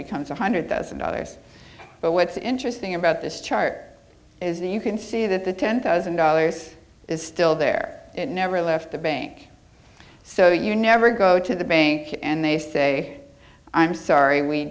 becomes one hundred thousand dollars but what's interesting about this chart is that you can see that the ten thousand dollars is still there it never left the bank so you never go to the bank and they say i'm sorry we